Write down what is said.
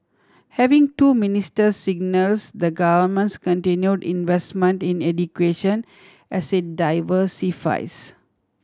having two ministers signals the Government's continue investment in education as it diversifies